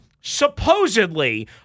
supposedly